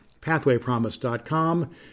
pathwaypromise.com